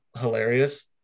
hilarious